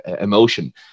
emotion